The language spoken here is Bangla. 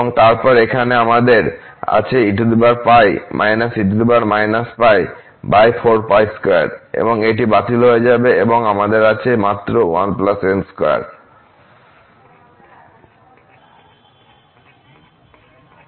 এবং তারপর এখানে আমাদের আছে এবং এটি বাতিল হয়ে যাবে তাই আমাদের আছে মাত্র 1n2